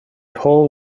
hull